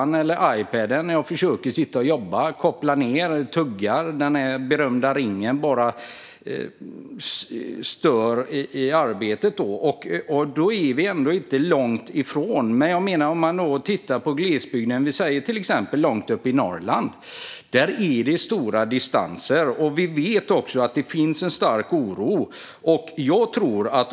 När jag försöker få internetuppkoppling på datorn eller på Ipaden när jag sitter och jobbar står datorn eller Ipaden och tuggar och den berömda ringen stör i arbetet. Men i glesbygden, till exempel långt upp i Norrland, är det stora avstånd, och vi vet att det finns en stor oro där.